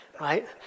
Right